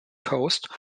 coast